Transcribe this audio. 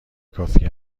کافی